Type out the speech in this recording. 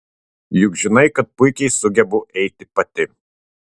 juk žinai kad puikiai sugebu eiti pati